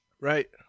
Right